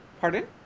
pardon